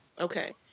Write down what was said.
Okay